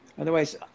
Otherwise